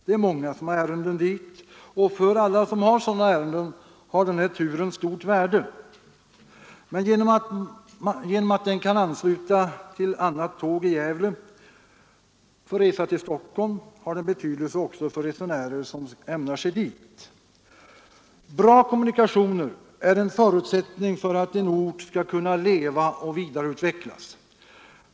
Det är många som har ärenden dit, och för alla dem har denna tur stort värde. Genom att turen kan anslutas till annat tåg i Gävle för resa till Stockholm har den betydelse också för resenärer som ämnar sig dit. Bra kommunikationer är en förutsättning för att en ort skall kunna leva och vidareutvecklas.